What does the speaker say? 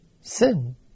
Sin